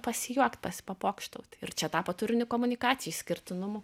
pasijuokt pasi papokštaut ir čia tapo turiniu komunikacijai išskirtinumu